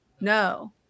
No